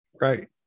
Right